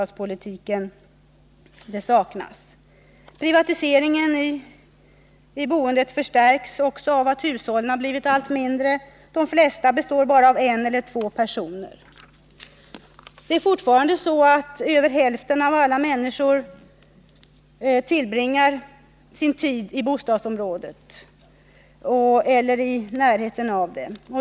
Det Privatiseringen i boendet förstärks också av att hushållen har blivit allt mindre. De flesta hushåll består bara av en eller två personer. Det är fortfarande så att över hälften av alla människor tillbringar huvuddelen av sin tid i bostadsområdet eller i dess närhet.